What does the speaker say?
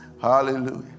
Hallelujah